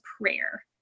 prayer